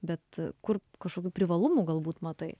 bet kur kažkokių privalumų galbūt matai